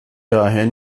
daher